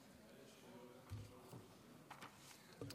היא כתבה לו